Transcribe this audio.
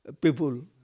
people